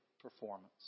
performance